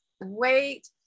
wait